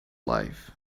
life